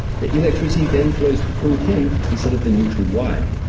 the electricity then flows through him instead of the neutral wire.